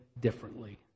differently